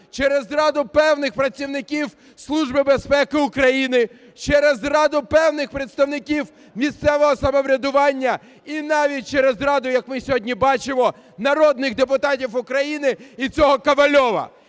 через зраду певних працівників Служби безпеки України, через зраду певних представників місцевого самоврядування, і навіть через зраду, як ми сьогодні бачимо, народних депутатів України і цього Ковальова.